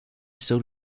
sur